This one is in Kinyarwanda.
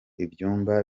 ibyumba